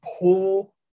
pull